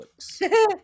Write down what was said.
Netflix